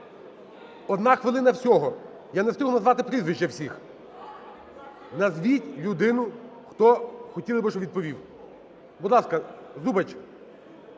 Одна хвилина всього. Я не встигну назвати прізвища всіх. Назвіть людину, хто хотіли би, щоб відповів. Будь ласка, Зубач.